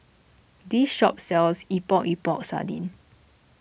this shop sells Epok Epok Sardin